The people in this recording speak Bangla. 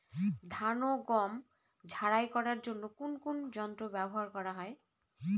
ধান ও গম ঝারাই করার জন্য কোন কোন যন্ত্র ব্যাবহার করা হয়?